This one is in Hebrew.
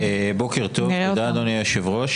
בוקר טוב, תודה, אדוני היושב-ראש.